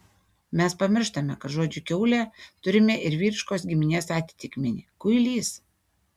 mes pamirštame kad žodžiui kiaulė turime ir vyriškosios giminės atitikmenį kuilys